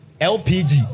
LPG